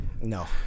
No